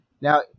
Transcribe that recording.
Now